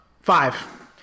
Five